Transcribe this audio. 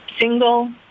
Single